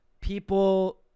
people